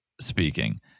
speaking